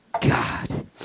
God